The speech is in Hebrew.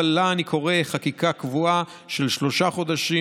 אבל לה אני קורא חקיקה קבועה של שלושה חודשים